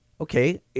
okay